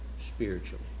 spiritually